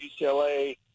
UCLA